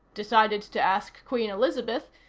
decided to ask queen elizabeth,